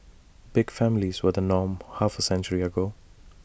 big families were the norm half A century ago